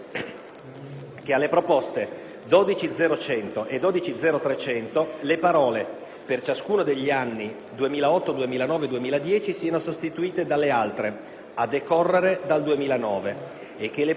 che alle proposte 12.0.100 e 12.0.300, le parole: "per ciascuno degli anni 2008, 2009 e 2010" siano sostituite dalle altre: "a decorrere dal 2009" e che le parole: